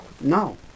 No